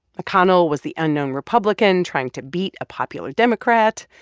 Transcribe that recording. mcconnell was the unknown republican trying to beat a popular democrat.